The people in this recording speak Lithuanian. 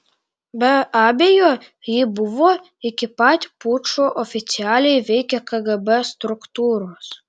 be abejo ji buvo iki pat pučo oficialiai veikė kgb struktūros